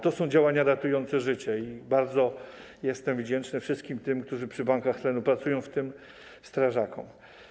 To są działania ratujące życie i bardzo jestem wdzięczny wszystkim tym, którzy przy bankach tlenu pracują, w tym strażakom.